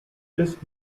ist